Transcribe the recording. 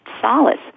solace